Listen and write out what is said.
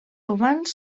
romans